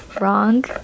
wrong